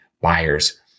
buyers